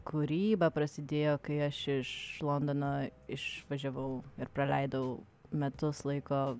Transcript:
kūryba prasidėjo kai aš iš londono išvažiavau ir praleidau metus laiko